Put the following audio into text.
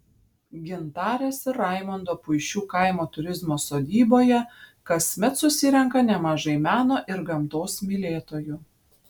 gintarės ir raimondo puišių kaimo turizmo sodyboje kasmet susirenka nemažai meno ir gamtos mylėtojų